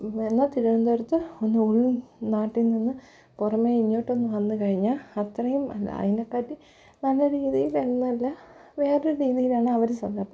എന്നാൽ തിരുവനന്തപുരത്ത് ഒന്ന് ഉൾനാട്ടിൽ നിന്ന് പുറമേ ഇങ്ങോട്ടൊന്ന് വന്ന് കഴിഞ്ഞാൽ അത്രയും അല്ല അതിനെക്കാട്ടിലും നല്ല രീതിയിൽ അല്ലാതെ വേറൊരു രീതിയിലാണ് അവർ സം അപ്പോൾ